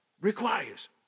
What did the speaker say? requires